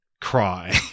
cry